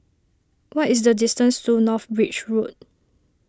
what is the distance to North Bridge Road